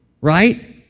right